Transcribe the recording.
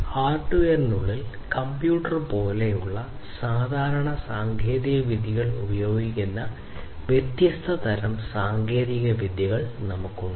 ഹാർഡ്വെയറിനുള്ളിൽ computer പോലുള്ള സാധാരണ സാങ്കേതികവിദ്യകൾ ഉപയോഗിക്കുന്ന വ്യത്യസ്ത തരം സാങ്കേതികവിദ്യകൾ നമുക്കുണ്ട്